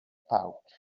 pouch